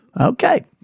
Okay